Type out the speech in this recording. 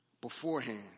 Beforehand